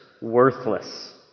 worthless